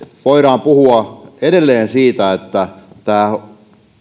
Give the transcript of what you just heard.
voidaan puhua edelleen siitä että tämä